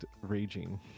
raging